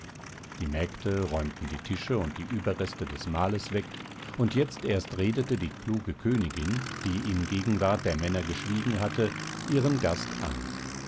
die mägde räumten die tische und die überreste des mahles weg und jetzt erst redete die kluge königin die in gegenwart der männer geschwiegen hatte ihren gast an